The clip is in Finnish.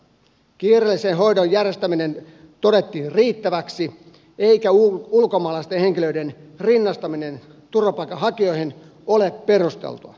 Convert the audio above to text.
kiireellisen hoidon järjestäminen todettiin riittäväksi eikä ulkomaalaisten henkilöiden rinnastaminen turvapaikanhakijoihin ole perusteltua